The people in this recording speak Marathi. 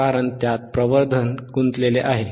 कारण त्यात प्रवर्धन गुंतलेले आहे